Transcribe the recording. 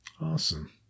Awesome